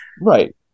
Right